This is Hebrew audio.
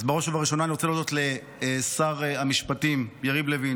בראש ובראשונה אני רוצה להודות לשר המשפטים יריב לוין,